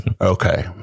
Okay